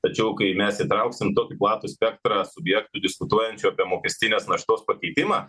tačiau kai mes įtrauksim tokį platų spektrą subjektų diskutuojančių apie mokestinės naštos pakeitimą